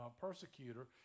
persecutor